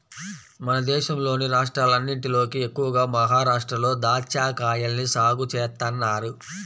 మన దేశంలోని రాష్ట్రాలన్నటిలోకి ఎక్కువగా మహరాష్ట్రలో దాచ్చాకాయల్ని సాగు చేత్తన్నారు